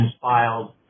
filed